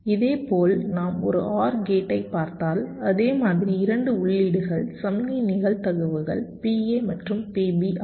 இதேபோல் நாம் ஒரு OR கேட்டை பார்த்தால் அதே மாதிரி 2 உள்ளீடுகள் சமிக்ஞை நிகழ்தகவுகள் PA மற்றும் PB ஆகும்